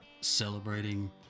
Celebrating